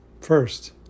first